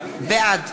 בעד